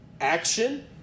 action